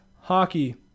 hockey